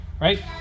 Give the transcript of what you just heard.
right